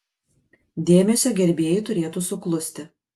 dėmesio gerbėjai turėtų suklusti